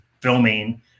filming